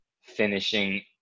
finishing